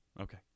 Okay